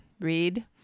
read